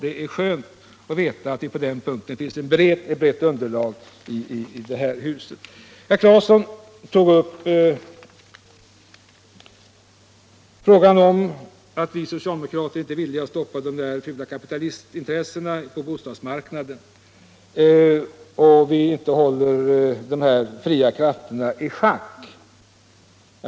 Det är skönt att veta att det på den punkten finns ett brett underlag för vår uppfattning här i huset. Sedan sade herr Claeson att vi socialdemokrater inte vill stoppa de fula kapitalistintressena på bostadsmarknaden och att vi inte håller de fria krafterna på marknaden i schack.